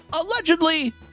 allegedly